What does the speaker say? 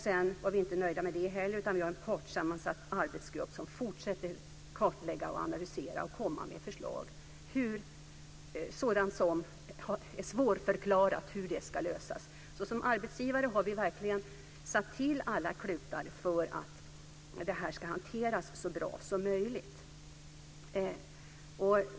Sedan var vi inte nöjda med det heller utan vi har en partssammansatt arbetsgrupp som fortsätter att kartlägga, analysera och komma med förslag till hur sådant som är svårförklarligt ska lösas. Som arbetsgivare har vi verkligen satt till alla klutar för att det här ska hanteras så bra som möjligt.